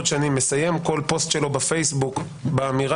שנים מסיים כל פוסט שלו בפייסבוק באמירה,